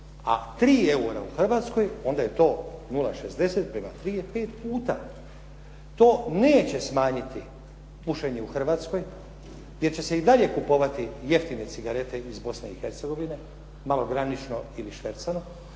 a 3 eura u Hrvatskoj onda je to 0,60 prema 3 je pet puta. To neće smanjiti pušenje u Hrvatskoj, jer će se i dalje kupovati jeftine cigarete iz Bosne i Hercegovine malogranično ili švercano.